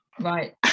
Right